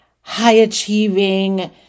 high-achieving